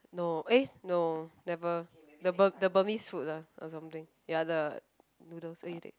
no eh no never the Bur~ the Burmese food lah or something ya the noodles eh you take